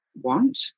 want